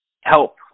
help